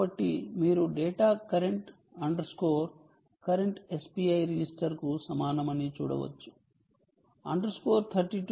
కాబట్టి మీరు data current current SPI register కు సమానమని చూడవచ్చు 32 ADE7953 IrmsA